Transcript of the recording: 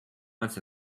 ones